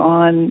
on